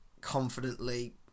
confidently